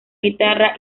guitarra